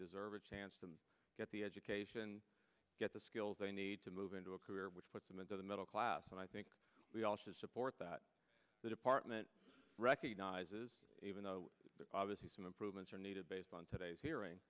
chance to get the education get the skills they need to move into a career which puts them into the middle class and i think we all should support that the department recognizes even though obviously some improvements are needed based on today's hearing